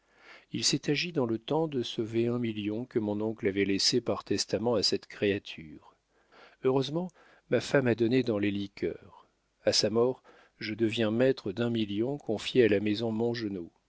il s'est agi dans le temps de sauver un million que mon oncle avait laissé par testament à cette créature heureusement ma femme a donné dans les liqueurs à sa mort je deviens maître d'un million confié à la maison mongenod